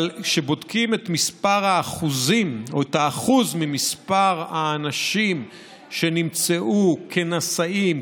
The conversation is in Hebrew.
כשבודקים את האחוזים או את האחוז של מספר האנשים שנמצאו כנשאים,